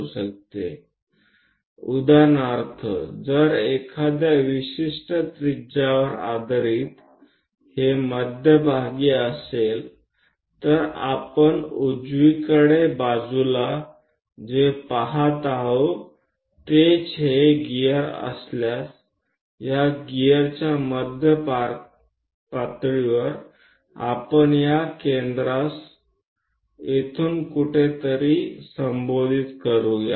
તો ચોક્કસ ત્રિજ્યાના આધાર પર ઉદાહરણ તરીકે જો આ ગિયર છે કે જેના તરફ આપણે જોઈ રહ્યા છીએ તો જમણી બાજુએ જો આ કેન્દ્ર હોય ચાલો આપણે આને કેન્દ્ર બોલાવીએ